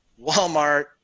Walmart